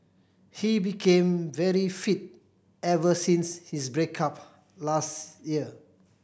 he became very fit ever since his break up last year